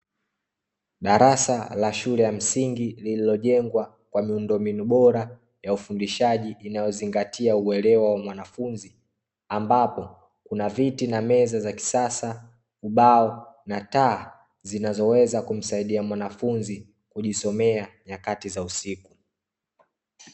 Darasa la shule ya msingi lililojengwa kwa miundommbinu bora ya ufundishaji inayozingatia uelewa wa mwanafunzi, ambapo kuna viti na meza za kisasa, ubao, na taa zinazo weza kumsaidia mwanafunzi kujisomea nyakati za usiku.